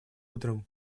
утром